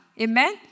Amen